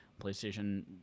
PlayStation